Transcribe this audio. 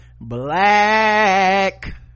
black